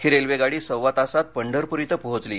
ही railway गाडी सव्वा तासात पंढरपूर इथं पोहोचली